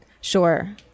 Sure